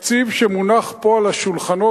התקציב שמונח פה על השולחנות,